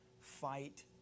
fight